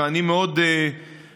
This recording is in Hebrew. ואני מאוד מקווה,